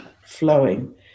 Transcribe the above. flowing